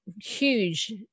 huge